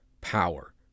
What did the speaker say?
power